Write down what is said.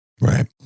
right